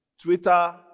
Twitter